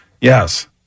Yes